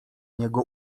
niego